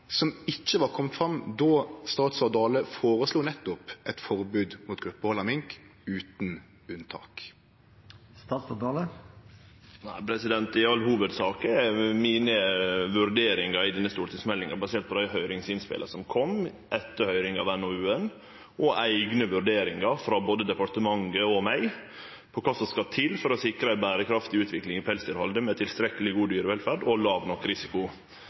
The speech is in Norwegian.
som ikkje var komne fram då statsråd Dale føreslo nettopp eit forbod mot gruppehald av mink, utan unntak? Nei, i all hovudsak er mine vurderingar i denne stortingsmeldinga baserte på dei høyringsinnspela som kom, etter høyringa av NOU-en, og eigne vurderingar frå både departementet og meg av kva som skal til for å sikre ei berekraftig utvikling i pelsdyrhaldet med tilstrekkeleg god dyrevelferd og låg nok risiko.